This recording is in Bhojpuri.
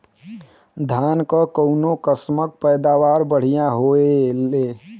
धान क कऊन कसमक पैदावार बढ़िया होले?